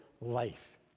life